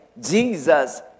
Jesus